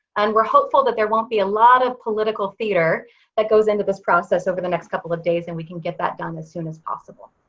and we're hopeful that there won't be a lot of political theater that goes into this process over the next couple of days, and we can get that done as soon as possible.